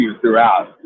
throughout